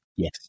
Yes